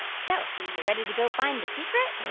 ah so you ready to go find the secret?